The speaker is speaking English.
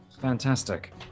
Fantastic